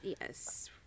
Yes